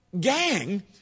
Gang